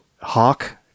hawk